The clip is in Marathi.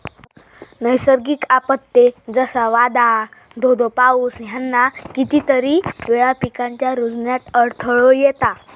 नैसर्गिक आपत्ते, जसा वादाळ, धो धो पाऊस ह्याना कितीतरी वेळा पिकांच्या रूजण्यात अडथळो येता